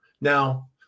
Now